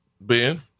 Ben